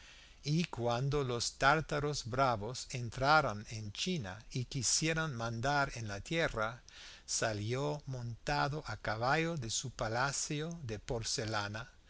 y cuando los tártaros bravos entraron en china y quisieron mandar en la tierra salió montado a caballo de su palacio de porcelana